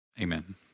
Amen